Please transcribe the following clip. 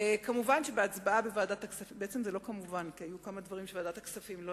בהצבעה בוועדת הכספים כמובן,